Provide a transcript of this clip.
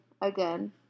again